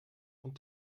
von